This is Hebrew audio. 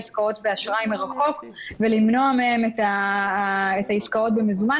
עסקאות באשראי מרחוק ולמנוע מהם את העסקאות במזומן